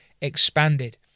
expanded